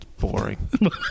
boring